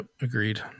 Agreed